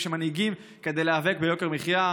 שמנהיגים כדי להיאבק ביוקר המחיה,